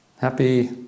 happy